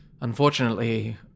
Unfortunately